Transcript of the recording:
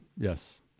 Yes